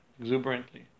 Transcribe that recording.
exuberantly